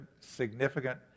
significant